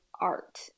art